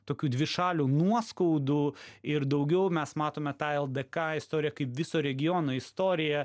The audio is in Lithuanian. tokių dvišalių nuoskaudų ir daugiau mes matome tą ldk istoriją kaip viso regiono istoriją